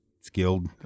skilled